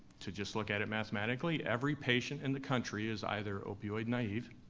to just look at it mathematically, every patient in the country is either opioid naive